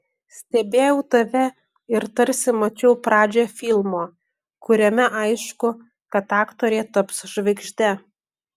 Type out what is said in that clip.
stebėjau tave ir tarsi mačiau pradžią filmo kuriame aišku kad aktorė taps žvaigžde